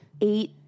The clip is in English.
eight